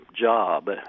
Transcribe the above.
Job